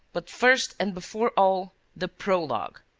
but, first and before all, the prologue.